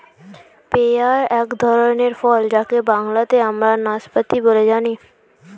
pair এক ধরনের ফল যাকে বাংলাতে আমরা নাসপাতি বলে জানি